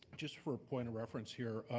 just for a point of reference here.